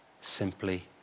simply